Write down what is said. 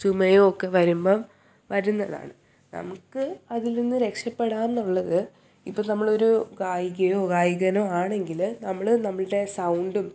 ചുമയോ ഒക്കെ വരുമ്പം വരുന്നതാണ് നമുക്ക് അതിൽ നിന്ന് രക്ഷപ്പെടാം എന്നുള്ളത് ഇപ്പോൾ നമ്മളൊരു ഗായികയോ ഗായകനോ ആണെങ്കിൽ നമ്മൾ നമ്മുടെ സൗണ്ടും